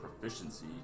proficiency